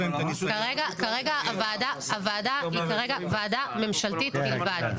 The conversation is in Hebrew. כרגע הוועדה היא ועדה ממשלתית בלבד.